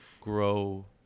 grow